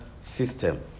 system